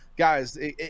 guys